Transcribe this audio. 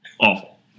Awful